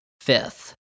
fifth